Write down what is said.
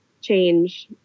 change